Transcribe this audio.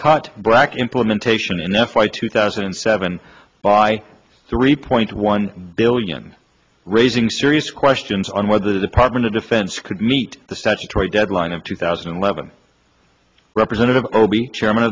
cut black implementation enough by two thousand and seven by three point one billion raising serious questions on whether the department of defense could meet the statutory deadline of two thousand and eleven representative o